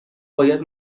باید